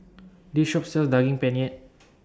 This Shop sells Daging Penyet